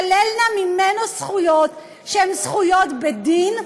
וכשתישללנה ממנו זכויות שהן זכויות בדין,